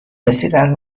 رسیدن